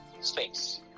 space